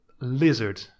lizard